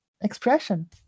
expression